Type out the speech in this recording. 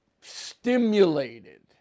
stimulated